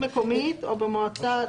ברשות מקומית או במועצה דתית.